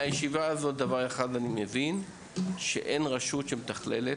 מהישיבה הזאת אני מבין שאין רשות שמתכללת,